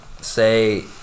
say